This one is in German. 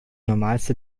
normalste